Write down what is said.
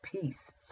peace